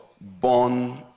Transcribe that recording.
Born